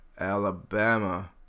Alabama